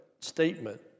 statement